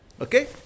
okay